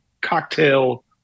cocktail